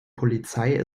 polizei